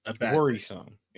worrisome